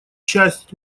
часть